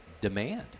demand